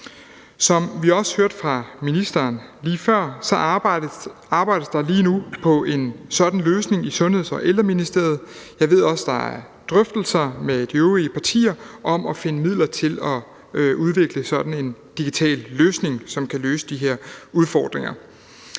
Som vi også hørte fra ministeren lige før, arbejdes der lige nu på en sådan løsning i Sundheds- og Ældreministeriet. Jeg ved også, at der er drøftelser med de øvrige partier om at finde midler til at udvikle sådan en digital løsning, som kan løse de her udfordringer.